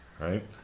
right